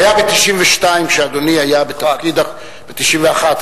היה ב-1992, כשאדוני היה בתפקיד, ב-1991.